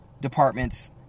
department's